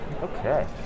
okay